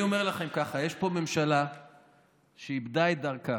אז אני אומר לכם ככה: יש פה ממשלה שאיבדה את דרכה.